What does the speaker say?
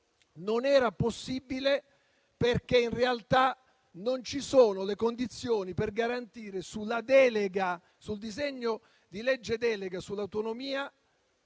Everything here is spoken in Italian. non era possibile perché, in realtà, non ci sono le condizioni per garantire sul disegno di legge delega e sull'autonomia